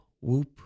whoop